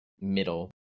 middle